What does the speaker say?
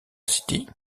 city